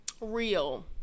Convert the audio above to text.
Real